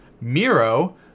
miro